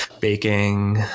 baking